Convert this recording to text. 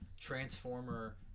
Transformer